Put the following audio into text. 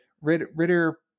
Ritter